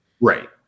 Right